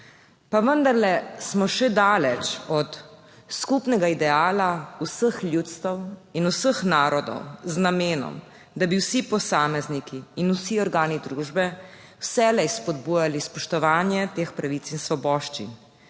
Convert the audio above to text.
pa vendarle smo še daleč od skupnega ideala vseh ljudstev in vseh narodov z namenom, da bi vsi posamezniki in vsi organi družbe vselej spodbujali spoštovanje teh pravic in svoboščin,